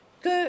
que